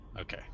Okay